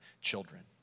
children